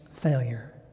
failure